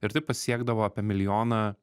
ir taip pasiekdavo apie milijoną